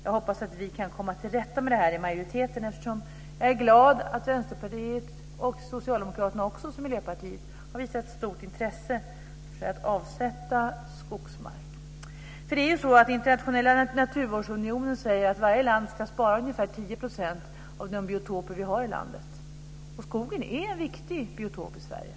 Jag hoppas att vi i majoriteten kan komma till rätta med det här eftersom Vänsterpartiet och Socialdemokraterna liksom Miljöpartiet har visat stort intresse för att avsätta skogsmark, vilket jag är glad åt. Den internationella naturvårdsunionen säger ju att varje land ska spara ungefär 10 % av de biotoper som finns i landet. Skogen är en viktig biotop i Sverige.